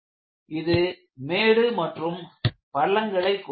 இது மேடு மற்றும் பள்ளங்களை கொண்டுள்ளது